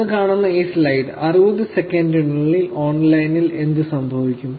നിങ്ങൾ കാണുന്ന ഈ സ്ലൈഡ് "60 സെക്കൻഡിനുള്ളിൽ ഓൺലൈനിൽ എന്ത് സംഭവിക്കും